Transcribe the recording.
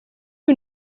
who